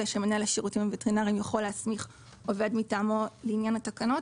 שמנהל השירותים הווטרינריים יכול להסמיך עובד מטעמו לעניין התקנות,